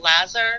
Lazar